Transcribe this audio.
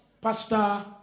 pastor